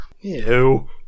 Ew